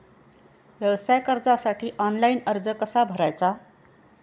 व्यवसाय कर्जासाठी ऑनलाइन अर्ज कसा भरायचा?